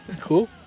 cool